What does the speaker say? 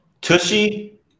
Tushy